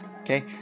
Okay